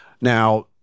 Now